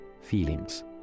feelings